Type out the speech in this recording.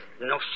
No